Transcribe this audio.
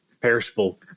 perishable